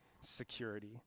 security